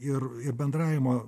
ir ir bendravimo